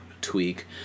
tweak